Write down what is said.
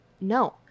No